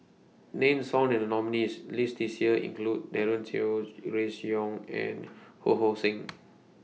Names found in The nominees' list This Year include Daren Shiau Grace Young and Ho Hong Sing